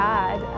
God